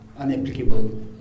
unapplicable